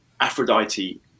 Aphrodite